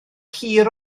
hir